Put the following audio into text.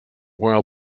while